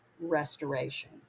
restoration